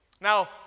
Now